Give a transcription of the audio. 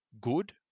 good